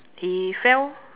he fell